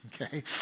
okay